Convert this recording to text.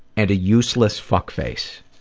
and a useless fuckface.